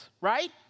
right